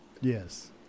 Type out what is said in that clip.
Yes